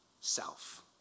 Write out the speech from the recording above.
self